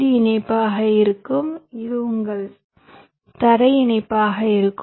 D இணைப்பாக இருக்கும் இது உங்கள் தரை இணைப்பாக இருக்கும்